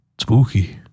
spooky